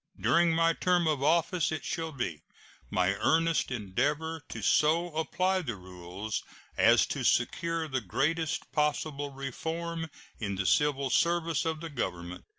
during my term of office it shall be my earnest endeavor to so apply the rules as to secure the greatest possible reform in the civil service of the government,